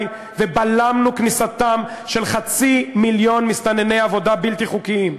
ובלמנו את כניסתם של חצי מיליון מסתנני עבודה בלתי חוקיים.